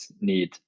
need